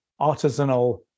artisanal